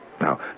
Now